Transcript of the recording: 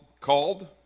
Called